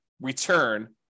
return